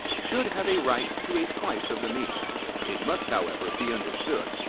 should have a right to a slice of the meat it must however, be understood,